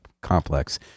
complex